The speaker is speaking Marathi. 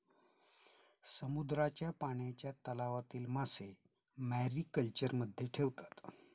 समुद्राच्या पाण्याच्या तलावातील मासे मॅरीकल्चरमध्ये ठेवतात